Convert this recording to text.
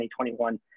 2021